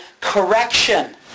correction